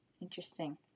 interesting